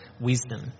wisdom